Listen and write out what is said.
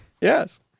Yes